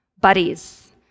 buddies